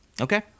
okay